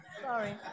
sorry